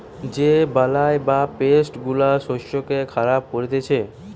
যে বালাই বা পেস্ট গুলা শস্যকে খারাপ করতিছে